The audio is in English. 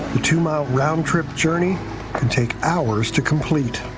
the two-mile round-trip journey can take hours to complete.